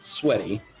sweaty